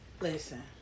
Listen